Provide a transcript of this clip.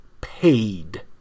paid